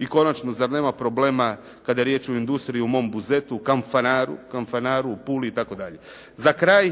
I konačno, zar nema problema kada je riječ o industriji u mom Buzetu, u Kanfanaru, u Puli itd. Za kraj